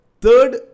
third